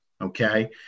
Okay